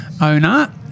owner